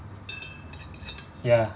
ya